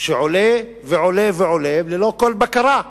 שעולה ועולה ועולה ללא כל בקרה.